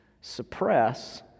suppress